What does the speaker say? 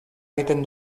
egiten